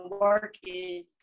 working